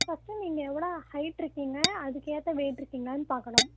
first நீங்கள் எவ்வளோ ஹைட்ருக்கீங்க அதுக்கு ஏற்ற வெயிட்ருக்கீங்களானு பார்க்கணும்